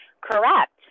Correct